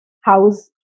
House